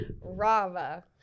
Rava